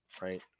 right